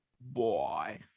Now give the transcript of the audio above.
boy